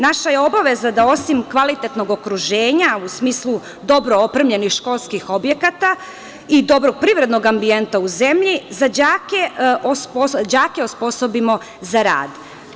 Naša je obaveza da osim kvalitetnog okruženja u smislu dobro opremljenih školskih objekata i dobrog privrednog ambijenta u zemlji đake osposobimo za rad.